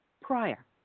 prior